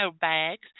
bags